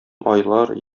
айлар